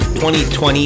2020